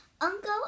Uncle